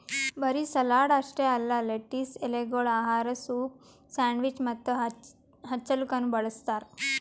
ಬರೀ ಸಲಾಡ್ ಅಷ್ಟೆ ಅಲ್ಲಾ ಲೆಟಿಸ್ ಎಲೆಗೊಳ್ ಆಹಾರ, ಸೂಪ್, ಸ್ಯಾಂಡ್ವಿಚ್ ಮತ್ತ ಹಚ್ಚಲುಕನು ಬಳ್ಸತಾರ್